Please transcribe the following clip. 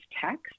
text